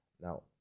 Now